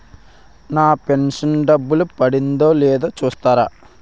నా pension డబ్బులు పడిందో లేదో చూస్తారా?